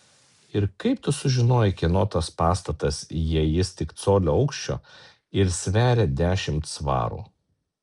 ir kaip tu sužinojai kieno tas pastatas jei jis tik colio aukščio ir sveria dešimt svarų